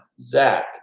Zach